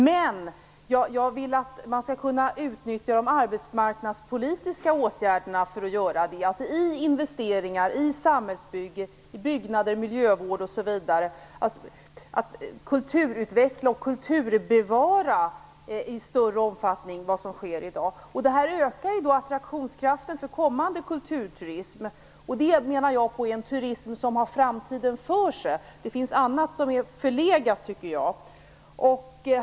Jag vill dock att man skall kunna utnyttja de arbetsmarknadspolitiska åtgärderna för att göra det - i investeringar, i samhällsbygge, i byggnader, miljövård osv. måste vi kulturutveckla och kulturbevara i större omfattning än vad som sker i dag. Det här ökar attraktionskraften för kommande kulturturism, och det menar jag är en turism som har framtiden för sig - det finns annat som jag tycker är förlegat.